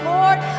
Lord